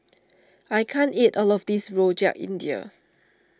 I can't eat all of this Rojak India